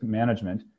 management